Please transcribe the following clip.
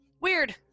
weird